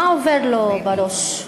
מה עובר לו בראש?